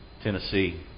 Tennessee